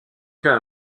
cas